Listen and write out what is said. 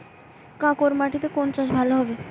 কাঁকর মাটিতে কোন চাষ ভালো হবে?